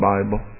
Bible